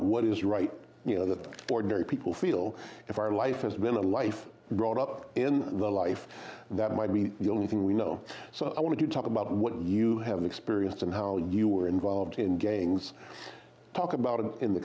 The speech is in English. what is right you know that ordinary people feel if our life has been a life brought up in the life that might be the only thing we know so i want to talk about what you have experienced and how you were involved in gangs talk about it in the